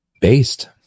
based